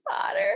Potter